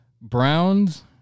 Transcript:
Browns